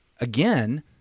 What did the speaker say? Again